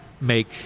make